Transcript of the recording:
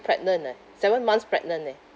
pregnant eh seven months pregnant eh